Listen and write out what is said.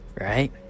right